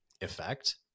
effect